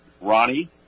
Ronnie